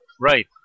Right